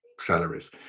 salaries